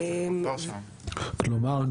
כלומר,